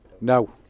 No